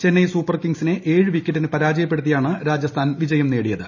Chennai Super കിങ്സിനെ ഏഴ് വിക്കറ്റിന് പരാജയപ്പെടുത്തിയാണ് രാജസ്ഥാൻ വിജയം നേടിയത്